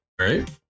right